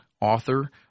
author